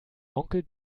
onkel